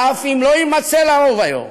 ואף אם לא יימצא לה רוב היום,